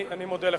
אני מודה לך.